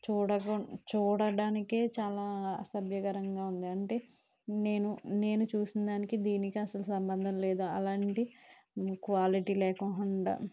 చూడగున్ చూడడానికి చాలా అసభ్యకరంగా ఉంది అంటే నేను నేను చూసిన దానికి దీనికి అసలు సంబంధం లేదు అలాంటి క్వాలిటీ లేకుండా